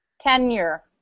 Tenure